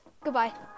Goodbye